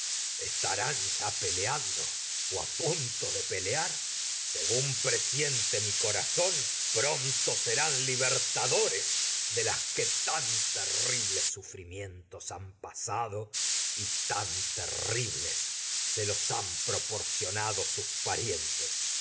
estarán ya peleando o a punto siente de pelear según pre mi corazón pronto serán libertadores délas que han tan terribles sufrimientos pasado y tan terribles se los han proporcionado el día de sus parientes